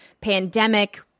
pandemic